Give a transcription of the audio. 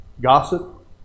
Gossip